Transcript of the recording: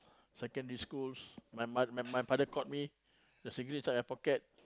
secondary school my my my my father caught me the cigarette inside my pocket